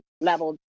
level